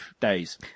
days